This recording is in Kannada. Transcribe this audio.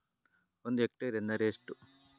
ಒಂದು ಹೆಕ್ಟೇರ್ ಎಂದರೆ ಎಷ್ಟು?